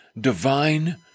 divine